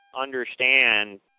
understand